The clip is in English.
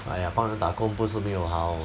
!aiya! 帮人打工不是没有好